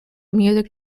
music